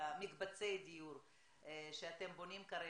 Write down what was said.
מקבצי דיור שאתם בונים כרגע,